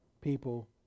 people